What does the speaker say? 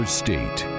state